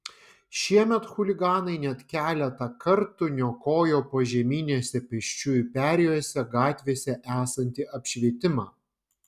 šiemet chuliganai net keletą kartų niokojo požeminėse pėsčiųjų perėjose gatvėse esantį apšvietimą